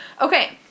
Okay